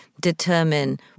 determine